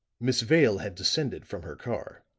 miss vale had descended from her car